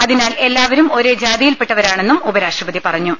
അതിനാൽ എല്ലാ വരും ഒരേ ജാതിയിൽപ്പെട്ടവരാണെന്നും ഉപരാഷ്ട്രപതി പറഞ്ഞു